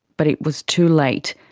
but it was too late.